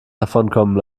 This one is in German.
davonkommen